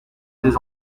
les